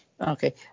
Okay